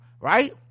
right